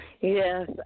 Yes